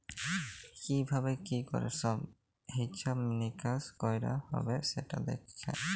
কি ভাবে কি ক্যরে সব হিছাব মিকাশ কয়রা হ্যবে সেটা দ্যাখে